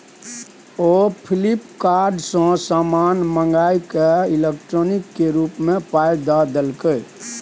ओ Flipkart सँ समान मंगाकए इलेक्ट्रॉनिके रूप सँ पाय द देलकै